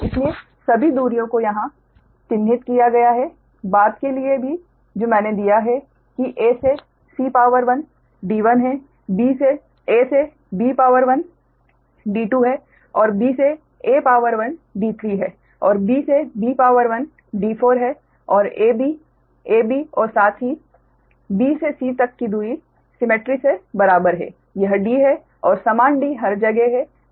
इसलिए सभी दूरियों को यहां चिह्नित किया गया है बाद के लिए भी जो मैंने दिया है कि a से c d1 है a से b d2 है और b से a d3 है और b से b d4 है और a b a b और साथ ही b से c तक दूरी सिमेट्री से बराबर है यह d है और समान d हर जगह है